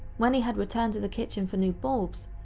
when he had returned to the kitchen for new bulbs,